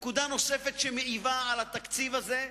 נקודה נוספת שמעיבה על התקציב הזה,